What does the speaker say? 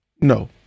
No